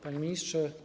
Panie Ministrze!